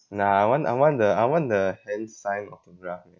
nah I want I want the I want the hand signed autograph leh